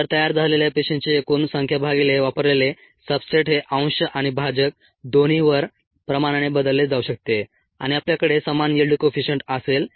तर तयार झालेल्या पेशींची एकूण संख्या भागिले वापरलेले सब्सट्रेट हे अंश आणि भाजक दोन्हीवर प्रमाणाने बदलले जाऊ शकते आणि आपल्याकडे समान यिल्ड कोइफीशीअंट असेल